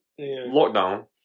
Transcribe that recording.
Lockdown